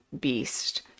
Beast